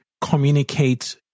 communicate